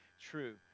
true